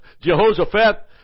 Jehoshaphat